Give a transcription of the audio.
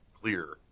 clear